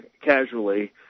casually